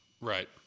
Right